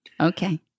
Okay